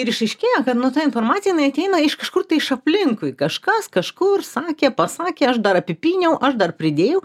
ir išaiškėjo kad nu nu ta informacija jinai ateina iš kažkur tai iš aplinkui kažkas kažkur sakė pasakė aš dar apipyniau aš dar pridėjau